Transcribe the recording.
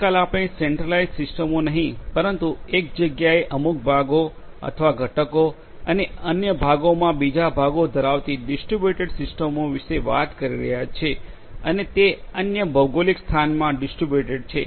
આજકાલ આપણે સેન્ટ્રલાઇઝ્ડ સિસ્ટમોની નહીં પરંતુ એક જગ્યાએ અમુક ભાગો અથવા ઘટકો અને અન્ય ભાગોમાં બીજા ભાગો ધરાવતી ડિસ્ટ્રિબ્યુટેડ સિસ્ટમો વિશે વાત કરી રહ્યા છીએ તે અન્ય ભૌગોલિક સ્થાનમાં ડિસ્ટ્રિબ્યુટેડ છે